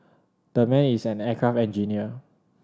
the man is an aircraft engineer